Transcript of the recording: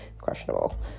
questionable